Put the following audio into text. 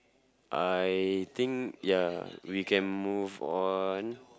I think ya we can move on